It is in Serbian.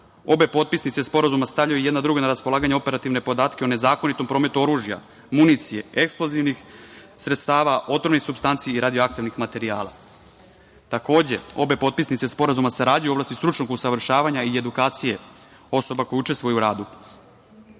potpisnice sporazuma stavljaju na raspolaganje operativne podatke o nezakonitom prometu oružja, municije, eksplozivnih sredstava, otrovnih supstanci i radioaktivnih materijala. Takođe, obe potpisnice sporazuma sarađuju u oblasti stručnog usavršavanja i edukacije osoba koje učestvuju u radu. Obe